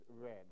red